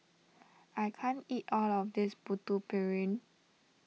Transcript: I can't eat all of this Putu Piring